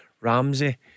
Ramsey